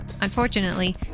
Unfortunately